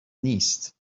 نیست